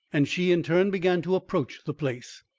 and she in turn began to approach the place.